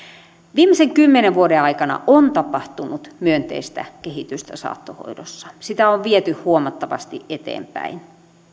viimeisen kymmenen vuoden aikana on tapahtunut myönteistä kehitystä saattohoidossa sitä on viety huomattavasti eteenpäin